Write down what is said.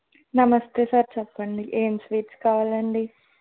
నమస్తే సార్ చెప్పండి ఏం స్వీట్స్ కావాలండి